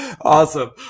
awesome